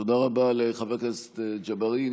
תודה רבה לחבר הכנסת ג'בארין.